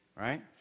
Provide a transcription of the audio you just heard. right